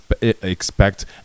expect